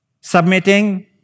Submitting